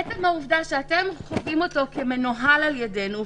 עצם העובדה שאתם חווים אותו כמנוהל על ידינו,